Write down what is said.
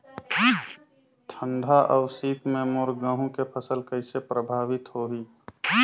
ठंडा अउ शीत मे मोर गहूं के फसल कइसे प्रभावित होही?